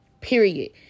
period